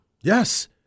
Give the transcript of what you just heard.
Yes